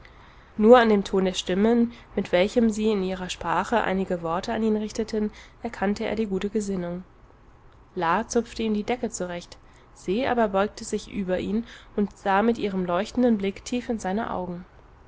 nur an dem ton der stimmen mit welchem sie in ihrer sprache einige worte an ihn richteten erkannte er die gute gesinnung la zupfte ihm die decke zurecht se aber beugte sich über ihn und sah mit ihrem leuchtenden blick tief in seine augen